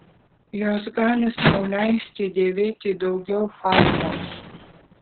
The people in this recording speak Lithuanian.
jos gali sau leisti dėvėti daugiau faunos